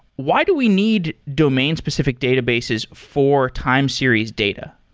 why do we need domain-specific databases for time series data?